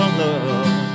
love